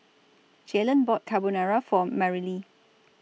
Jaylen bought Carbonara For Marilee